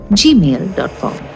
gmail.com